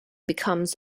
becomes